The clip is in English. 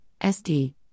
SD